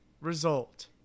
result